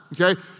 okay